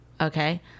Okay